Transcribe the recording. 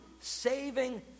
saving